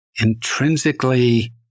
intrinsically